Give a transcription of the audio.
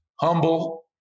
Humble